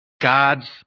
God's